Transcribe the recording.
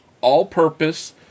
all-purpose